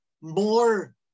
more